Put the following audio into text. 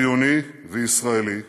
ציוני וישראלי,